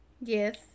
yes